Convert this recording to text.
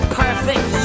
perfect